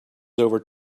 over